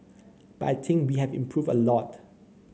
but I think we have improved a lot